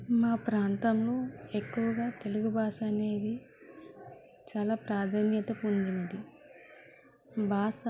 మా ప్రాంతంలో ఎక్కువగా తెలుగు భాష అనేది చాలా ప్రాధాన్యత పొందినది భాష